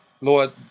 Lord